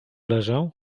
leżę